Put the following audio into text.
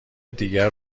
دیگر